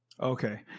okay